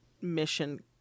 mission